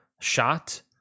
shot